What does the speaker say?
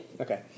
okay